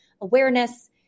awareness